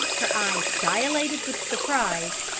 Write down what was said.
her eyes dilated with surprise,